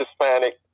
Hispanic